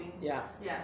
ya